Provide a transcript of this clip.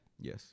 Yes